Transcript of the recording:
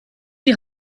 die